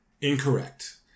incorrect